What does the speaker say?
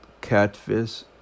Catfish